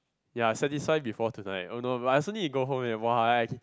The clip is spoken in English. ya satisfy before tonight oh no but I also need go home eh !wah!